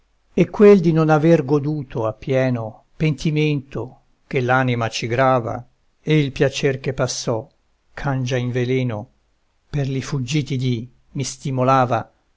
e quel di non aver goduto appieno pentimento che l'anima ci grava e il piacer che passò cangia in veleno per li fuggiti dì mi stimolava